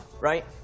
right